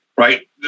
Right